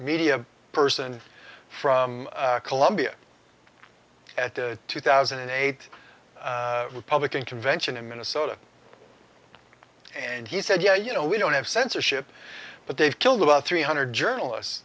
media person from columbia at the two thousand and eight republican convention in minnesota and he said yeah you know we don't have censorship but they've killed about three hundred journalists